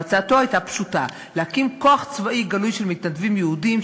והצעתו הייתה פשוטה: להקים כוח צבאי גלוי של מתנדבים יהודים,